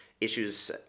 issues